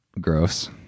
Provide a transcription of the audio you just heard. Gross